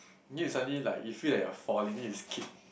then you suddenly like you feel you are falling then you skip